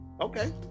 okay